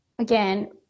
Again